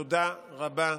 תודה רבה,